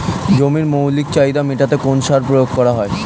জমির মৌলিক চাহিদা মেটাতে কোন সার প্রয়োগ করা হয়?